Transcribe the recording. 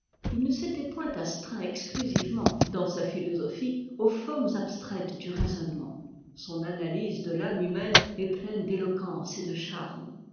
t ne s'était point astreint exclusivement dans sa philosophie aux formes abstraites du raisonnement son analyse de fume humaine est pleine d'éloquence et de charme